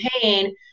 pain